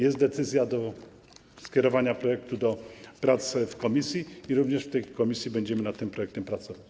Jest decyzja dotycząca skierowania projektu do prac w komisji i również w tej komisji będziemy nad tym projektem pracować.